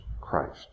Christ